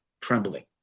trembling